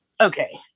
okay